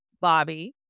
Bobby